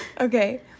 okay